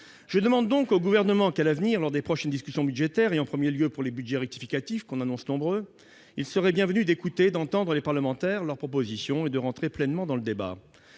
Je veux donc dire au Gouvernement qu'à l'avenir, lors des prochaines discussions budgétaires, et en premier lieu pour les budgets rectificatifs, qu'on annonce nombreux, il serait bienvenu d'écouter, d'entendre les parlementaires et leurs propositions et d'entrer pleinement dans le débat.